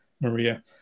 Maria